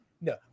no